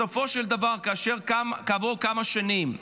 בסופו של דבר כעבור כמה שנים,